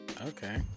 okay